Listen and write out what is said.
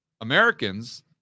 Americans